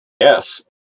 Yes